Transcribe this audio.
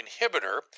inhibitor